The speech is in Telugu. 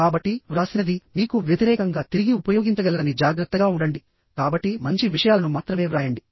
కాబట్టి వ్రాసినది మీకు వ్యతిరేకంగా తిరిగి ఉపయోగించగలదని జాగ్రత్తగా ఉండండి కాబట్టి మంచి విషయాలను మాత్రమే వ్రాయండి